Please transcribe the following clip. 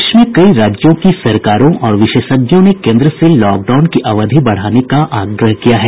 देश में कई राज्यों की सरकारों और विशेषज्ञों ने केंद्र से लॉकडाउन की अवधि बढ़ाने का आग्रह किया है